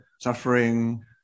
suffering